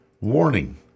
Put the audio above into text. warning